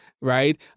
right